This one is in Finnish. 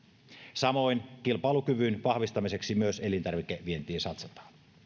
samoin kilpailukyvyn vahvistamiseksi myös elintarvikevientiin satsataan